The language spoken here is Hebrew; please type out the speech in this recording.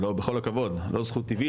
בכל הכבוד, לא זכות טבעית.